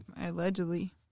allegedly